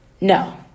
No